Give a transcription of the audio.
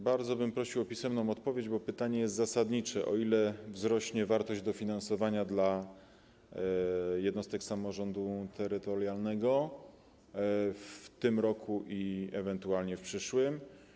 Bardzo bym prosił o pisemną odpowiedź, bo pytanie jest zasadnicze: O ile wzrośnie wartość dofinansowania dla jednostek samorządu terytorialnego w tym roku i ewentualnie w przyszłym?